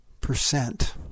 percent